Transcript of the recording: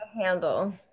handle